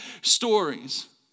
stories